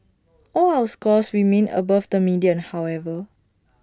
all our scores remain above the median however